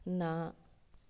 ਨਾ